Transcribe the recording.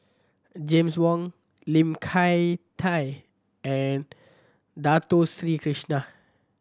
James Wong Lim Hak Tai and Dato Sri Krishna